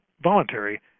voluntary